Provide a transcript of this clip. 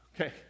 okay